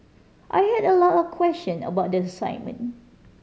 I had a lot of question about the assignment